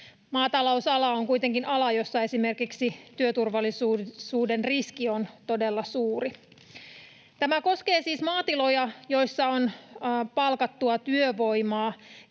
Maatalousala on kuitenkin ala, jossa esimerkiksi työturvallisuuden riski on todella suuri. Tämä koskee siis maatiloja, joilla on palkattua työvoimaa,